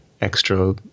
extra